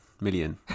Million